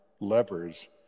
levers